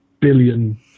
billion